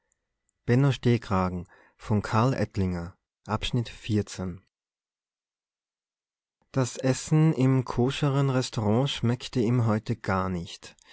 das essen im koscheren restaurant schmeckte ihm heute gar nicht